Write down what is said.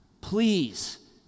Please